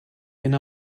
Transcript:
inner